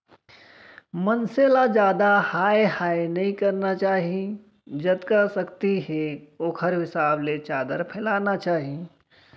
मनसे ल जादा हाय हाय नइ करना चाही जतका सक्ति हे ओखरे हिसाब ले चादर फइलाना चाही